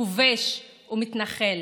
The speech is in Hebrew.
כובש ומתנחל?